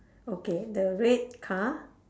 okay the red car